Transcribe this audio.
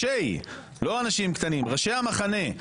לא אנשים קטנים ראשי המחנה,